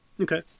Okay